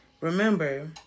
remember